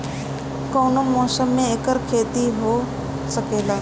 कवनो मौसम में एकर खेती हो सकेला